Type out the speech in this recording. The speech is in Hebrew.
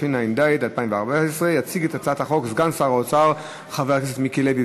התשע"ד 2014. יציג את הצעת החוק סגן שר האוצר חבר הכנסת מיקי לוי.